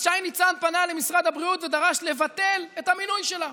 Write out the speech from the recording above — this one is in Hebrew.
אז שי ניצן פנה למשרד הבריאות ודרש לבטל את המינוי שלה